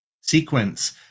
sequence